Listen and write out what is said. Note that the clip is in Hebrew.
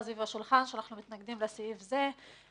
גם בשיעורים של הפניות.